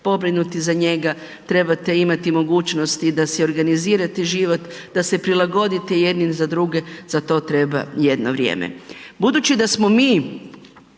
pobrinuti za njega, trebate imati mogućnost i da si organizirate život, da se prilagoditi jedni za druge, za to treba jedno vrijeme. Budući da smo mi